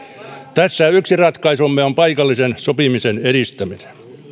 tässä yksi ratkaisumme on paikallisen sopimisen edistäminen